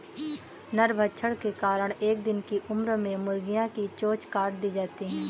नरभक्षण के कारण एक दिन की उम्र में मुर्गियां की चोंच काट दी जाती हैं